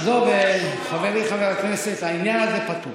עזוב, חברי, חבר הכנסת, העניין הזה פתור.